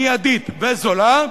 מיידית וזולה.